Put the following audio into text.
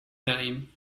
name